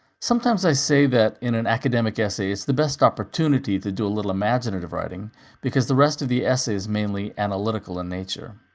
sometimes i say that in an academic essay, it's the best opportunity to do a little imaginative writing because the rest of the essay is mainly analytical in nature.